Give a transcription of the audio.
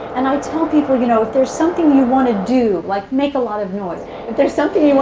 and i tell people, you know, if there's something you want to do like make a lot of noise. if there's something you